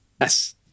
Yes